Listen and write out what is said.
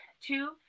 two